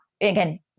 again